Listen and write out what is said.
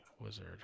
Wizard